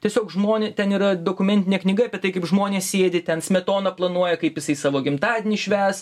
tiesiog žmonė ten yra dokumentinė knyga apie tai kaip žmonės sėdi ten smetona planuoja kaip jisai savo gimtadienį švęs